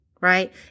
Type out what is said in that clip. right